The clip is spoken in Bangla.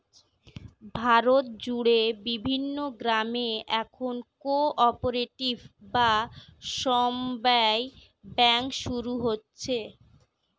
ভারত জুড়ে বিভিন্ন গ্রামে এখন কো অপারেটিভ বা সমব্যায় ব্যাঙ্ক শুরু হচ্ছে